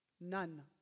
None